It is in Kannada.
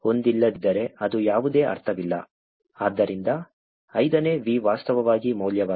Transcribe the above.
ಆದ್ದರಿಂದ 5 ನೇ V ವಾಸ್ತವವಾಗಿ ಮೌಲ್ಯವಾಗಿದೆ